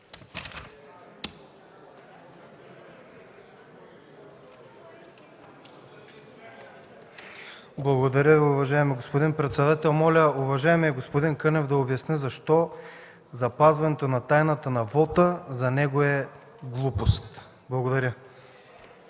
Благодаря Ви, уважаеми господин председател. Моля уважаемият господин Кънев да обясни защо запазването на тайната на вота за него е глупост? Благодаря.